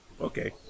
Okay